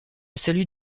celui